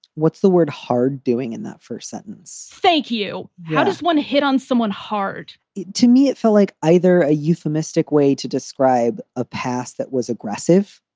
what's the word hard doing in that first sentence? thank you. how does one hit on someone hard to me, it felt like either a euphemistic way to describe a past that was aggressive,